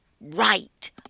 right